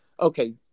okay